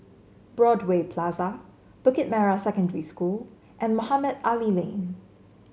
Broadway Plaza Bukit Merah Secondary School and Mohamed Ali Lane